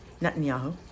Netanyahu